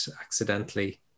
accidentally